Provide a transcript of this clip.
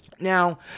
Now